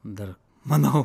dar manau